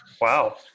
wow